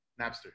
napster